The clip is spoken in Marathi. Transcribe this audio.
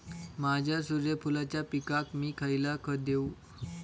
माझ्या सूर्यफुलाच्या पिकाक मी खयला खत देवू?